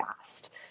fast